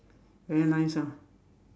very nice ah